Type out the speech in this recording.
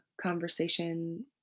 conversation